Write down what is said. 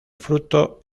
fruto